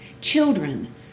Children